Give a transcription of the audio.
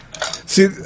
See